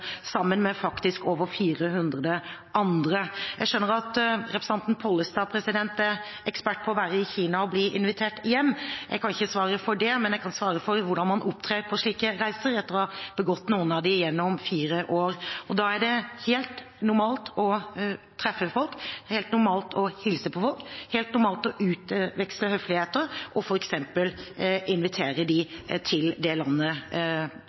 sammen med faktisk over 400 andre. Jeg skjønner at representanten Pollestad er ekspert på å være i Kina og bli invitert hjem. Jeg kan ikke svare for det, men jeg kan svare for hvordan man opptrer på slike reiser etter å ha begått noen av dem gjennom fire år. Da er det helt normalt å treffe folk, helt normalt å hilse på folk, helt normalt å utveksle høfligheter og f.eks. invitere dem til det landet